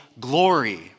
glory